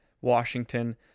Washington